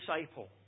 disciple